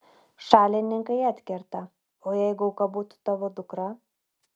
šalininkai atkerta o jeigu auka būtų tavo dukra